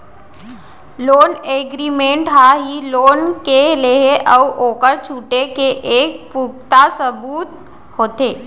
loan agreement ह ही loan के लेहे अउ ओखर छुटे के एक पुखता सबूत होथे